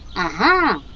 and